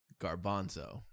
Garbanzo